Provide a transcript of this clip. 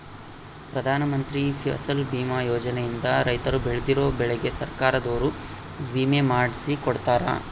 ಪ್ರಧಾನ ಮಂತ್ರಿ ಫಸಲ್ ಬಿಮಾ ಯೋಜನೆ ಇಂದ ರೈತರು ಬೆಳ್ದಿರೋ ಬೆಳೆಗೆ ಸರ್ಕಾರದೊರು ವಿಮೆ ಮಾಡ್ಸಿ ಕೊಡ್ತಾರ